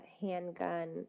handgun